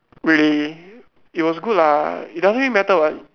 really it was good lah it doesn't really matter what